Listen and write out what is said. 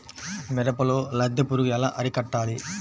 మిరపలో లద్దె పురుగు ఎలా అరికట్టాలి?